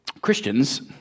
Christians